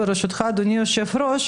ברשותך אדוני היושב-ראש,